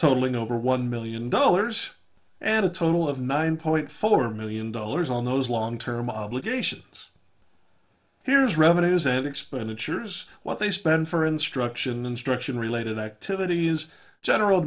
totaling over one million dollars and a total of nine point four million dollars on those long term obligations here's revenues and expenditures what they spend for instruction instruction related activities general